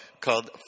called